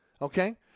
Okay